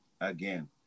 again